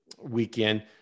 Weekend